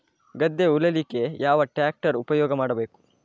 ಗದ್ದೆ ಉಳಲಿಕ್ಕೆ ಯಾವ ಟ್ರ್ಯಾಕ್ಟರ್ ಉಪಯೋಗ ಮಾಡಬೇಕು?